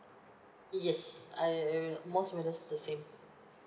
yes I most we're just the same